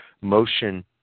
motion